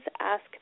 ask